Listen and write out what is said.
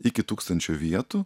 iki tūkstančio vietų